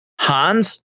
Hans